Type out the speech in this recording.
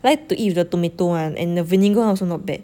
I like to eat with the tomato [one] and the vinegar [one] also not bad